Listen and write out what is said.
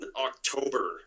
October